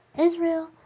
Israel